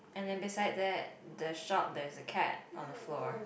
and then beside that the shop there's a cat on the floor